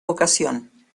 ocasión